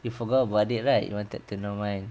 you forgot about it right you wanted to know mine